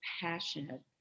passionate